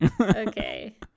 Okay